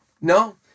No